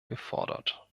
gefordert